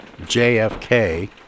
JFK